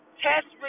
test